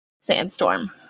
sandstorm